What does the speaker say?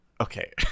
Okay